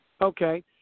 Okay